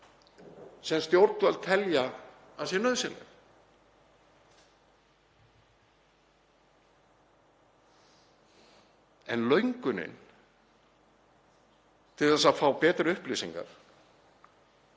sem stjórnvöld telja að sé nauðsynleg. En löngunin til að fá betri upplýsingar,